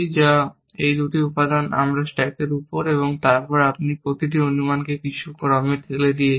যা এই দুটি উপাদান আমার স্ট্যাকের উপর এবং তারপর আমি প্রতিটি অনুমানকে কিছু ক্রমে ঠেলে দিয়েছি